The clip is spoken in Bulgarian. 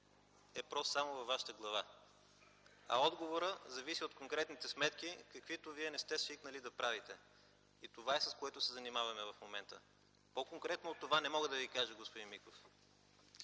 е прост само във Вашата глава, а отговорът зависи от конкретните сметки, каквито Вие не сте свикнали да правите. Това е, с което се занимаваме в момента, по-конкретно от това не мога да Ви кажа, господин Миков.